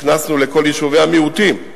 הכנסנו לכל יישובי המיעוטים,